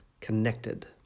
connected